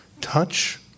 Touch